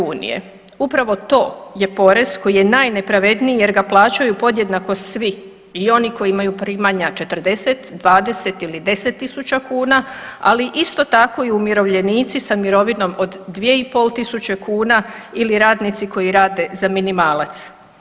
Upravo to je porez koji je najnepravedniji jer ga plaćaju podjednako svi, i oni koji imaju primaju 40, 20 ili 10.000 kuna, ali isto tako i umirovljenici sa mirovinom od 2.500 kuna ili radnici koji rade za minimalac.